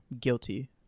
guilty